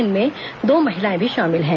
इनमें दो महिलाएं भी शामिल हैं